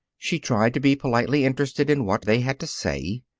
she tried to be politely interested in what they had to say,